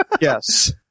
Yes